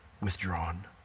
withdrawn